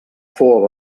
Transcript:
fou